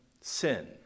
Sin